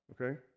okay